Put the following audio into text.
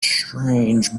strange